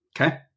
Okay